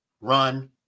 run